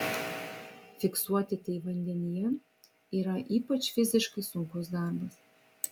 fiksuoti tai vandenyje yra ypač fiziškai sunkus darbas